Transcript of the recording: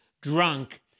drunk